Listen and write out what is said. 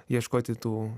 ieškoti tų